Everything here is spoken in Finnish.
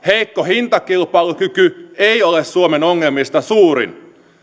heikko hintakilpailukyky ei ole suomen ongelmista suurin